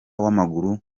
w’amaguru